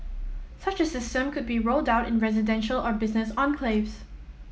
such a system could be rolled out in residential or business enclaves